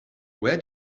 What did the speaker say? where